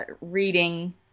reading